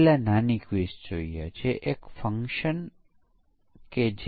પરીક્ષણો કરનારા વિવિધ પ્રકારના વ્યક્તિઓ કયા છે